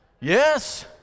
yes